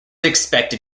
expected